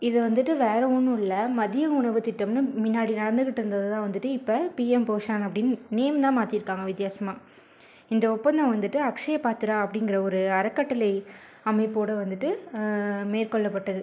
இது வந்துட்டு வேறு ஒன்றும் இல்லை மதிய உணவுத் திட்டம்னு முன்னாடி நடந்துக்கிட்டு இருந்ததை தான் வந்துட்டு இப்ப பிஎம் போஷன் அப்படின்னு நேம் தான் மாற்றிருக்காங்க வித்யாசமாக இந்த ஒப்பந்தம் வந்துட்டு அக்ஷய பாத்தரா அப்படிங்குற ஒரு அறக்கட்டளை அமைப்போடு வந்துட்டு மேற்கொள்ளப்பட்டது